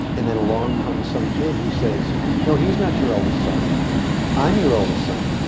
and then, along comes some kid who says no, he's not sure eldest son i'm your oldest son,